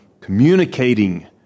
communicating